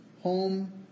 home